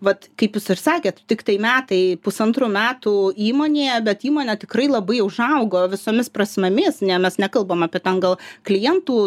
vat kaip jūs ir sakėt tiktai metai pusantrų metų įmonėje bet įmonė tikrai labai užaugo visomis prasmėmis ne mes nekalbam apie ten gal klientų